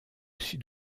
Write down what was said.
sud